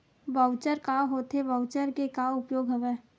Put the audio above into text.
Voucher का होथे voucher के का उपयोग हवय?